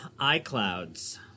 iClouds